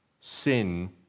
sin